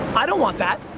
i don't want that.